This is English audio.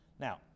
now